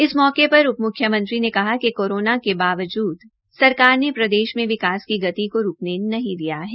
इस मौके पर उप म्ख्यमंत्री ने कहा कि कोरोना के बावजूद सरकार ने प्रदेश में विकास की गति को रुकने नहीं दिया है